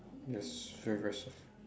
yes very very soft